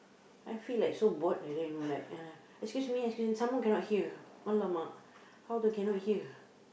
I feel like so bored like that you know like uh excuse me excuse me some more cannot hear !alamak! how to cannot hear